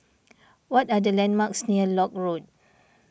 what are the landmarks near Lock Road